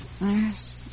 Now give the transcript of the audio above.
Yes